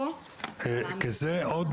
כי זה עוד